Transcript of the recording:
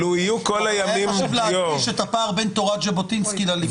אני מבקש להדגיש את הפער בין תורת ז'בוטינסקי לליכוד.